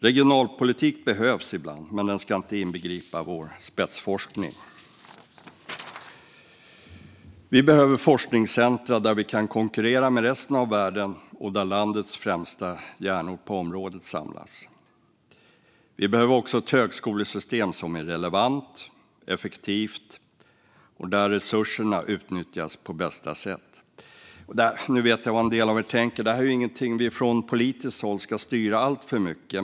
Regionalpolitik behövs ibland, men den ska inte inbegripa vår spetsforskning. Vi behöver forskningscentrum där vi kan konkurrera med resten av världen och där landets främsta hjärnor på området samlas. Vi behöver också ett högskolesystem som är relevant och effektivt och där resurserna utnyttjas på bästa sätt. Nu vet jag vad en del av er tänker: Det här är ingenting som vi från politiskt håll ska styra alltför mycket.